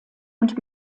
und